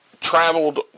traveled